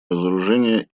разоружения